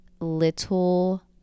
little